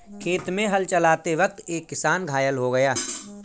खेत में हल चलाते वक्त एक किसान घायल हो गया